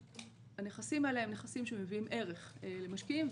הנכסים האלה הם נכסים שמביאים ערך למשקיעים,